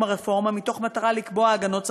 הרפורמה מתוך מטרה לקבוע הגנות צרכניות.